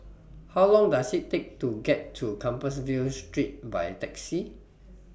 How Long Does IT Take to get to Compassvale Street By Taxi